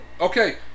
Okay